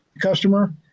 customer